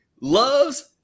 loves